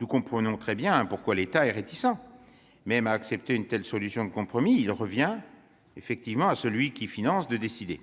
Nous comprenons très bien pourquoi l'État est réticent à accepter une telle solution de compromis : il revient à celui qui finance de décider.